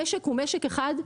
המשק הוא משק אחד,